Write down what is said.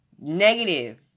negative